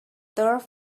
turf